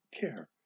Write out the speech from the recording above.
care